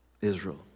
Israel